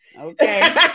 Okay